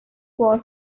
was